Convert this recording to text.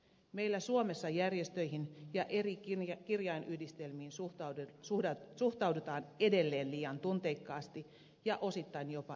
meillä suomessa järjestöihin ja eri kirjainyhdistelmiin suhtaudutaan edelleen liian tunteikkaasti ja osittain jopa ideologisesti